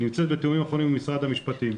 נמצא בתיאומים אחרונים עם משרד המשפטים.